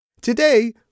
Today